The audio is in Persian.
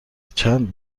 چند